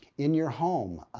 in your home,